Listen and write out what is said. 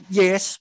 yes